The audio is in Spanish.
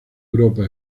europa